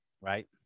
right